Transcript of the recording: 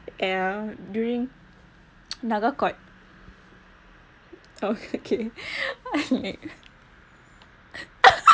ya during nagarkot oh okay